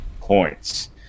points